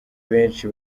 benshi